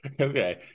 Okay